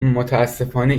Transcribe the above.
متاسفانه